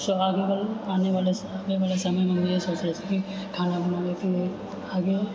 आबैवला समयमे हम इहे सोचै छियै कि खाना बनाबैके लिअ आगे